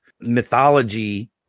mythology